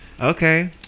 Okay